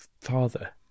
father